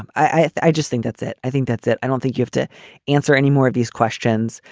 um i i just think that's it. i think that's it. i don't think you have to answer any more of these questions.